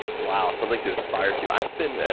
wow. something to aspire to. i've been,